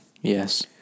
Yes